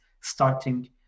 starting